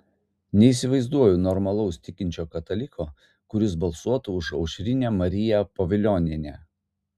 neįsivaizduoju normalaus tikinčio kataliko kuris balsuotų už aušrinę mariją pavilionienę